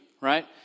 right